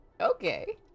okay